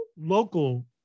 local